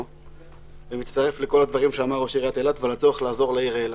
אני מצטרף לכל הדברים שאמר ראש עיריית אילת ולצורך לעזור לעיר אילת.